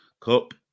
Cup